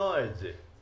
למנוע את זה.